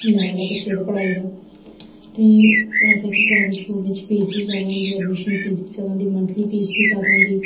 लैबल ऐ बच्चे दा पढ़ाई दा ते ऐसा कि प्राइवेट स्कूल बिच्च बी फीस बी जैदा होंदी एडमिशन फीस बी जैदा होंदी ते मंथली फीस बी जैदा होंदी